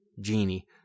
genie